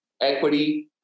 equity